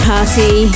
Party